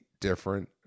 different